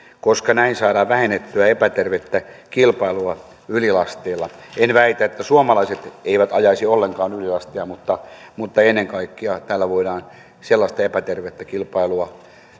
koska näin saadaan vähennettyä epätervettä kilpailua ylilasteilla en väitä että suomalaiset eivät ajaisi ollenkaan ylilastia mutta tällä voidaan ennen kaikkea estää myös sellaista epätervettä kilpailua